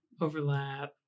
overlap